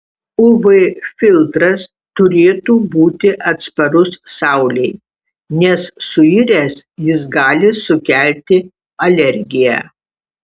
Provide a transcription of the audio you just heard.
uv filtras turėtų būti atsparus saulei nes suiręs jis gali sukelti alergiją